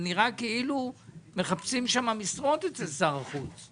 זה נראה כאילו מחפשים שם משרות אצל שר החוץ.